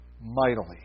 mightily